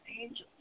angels